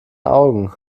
augen